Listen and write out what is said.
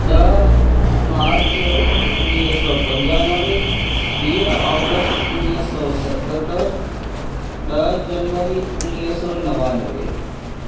ॾह मार्च उणिवींह सौ पंजानवे वीह ऑगस्ट उणिवींह सौ सतहतरि ॾह जनवरी उणिवींह सौ नवानवे